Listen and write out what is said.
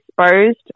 Exposed